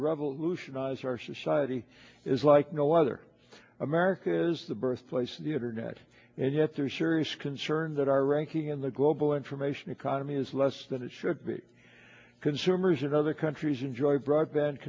revolutionize our society is like no other america is the birthplace of the internet and yet there are serious concerns that our ranking in the global information economy is less than it should consumers in other countries enjoy broadband